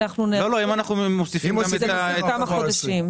כמה חודשים.